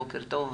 'בוקר טוב',